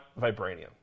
vibranium